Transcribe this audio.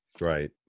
right